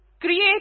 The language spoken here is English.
create